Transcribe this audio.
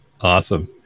Awesome